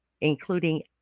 including